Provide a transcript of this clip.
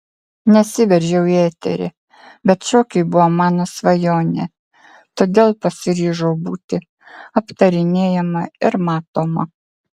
nesiveržiau į eterį bet šokiai buvo mano svajonė todėl pasiryžau būti aptarinėjama ir matoma